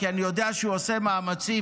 כי אני יודע שהוא עושה מאמצים.